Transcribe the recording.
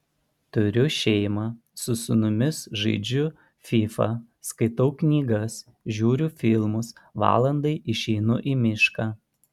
turiu šeimą su sūnumis žaidžiu fifa skaitau knygas žiūriu filmus valandai išeinu į mišką